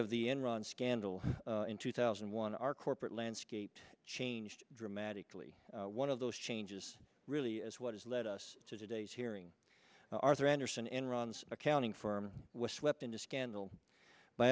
of the enron scandal in two thousand and one our corporate landscape changed dramatically one of those changes really is what has led us to today's hearing arthur andersen enron's accounting firm up in a scandal